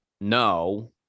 no